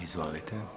Izvolite.